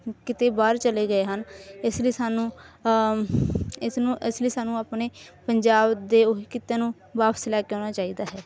ਕਿਤੇ ਬਾਹਰ ਚਲੇ ਗਏ ਹਨ ਇਸ ਲਈ ਸਾਨੂੰ ਇਸ ਨੂੰ ਇਸ ਲਈ ਸਾਨੂੰ ਆਪਣੇ ਪੰਜਾਬ ਦੇ ਕਿੱਤੇ ਨੂੰ ਵਾਪਸ ਲੈ ਕੇ ਆਉਣਾ ਚਾਹੀਦਾ ਹੈ